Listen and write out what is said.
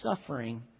suffering